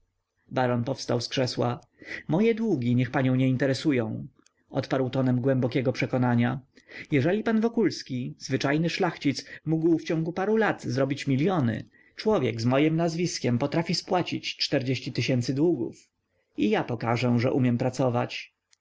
baron powstał z krzesła moje długi niech panią nie interesują odparł tonem głębokiego przekonania jeżeli pan wokulski zwyczajny szlachcic mógł w ciągu paru lat zrobić miliony człowiek z mojem nazwiskiem potrafi spłacić długów i ja pokażę że umiem pracować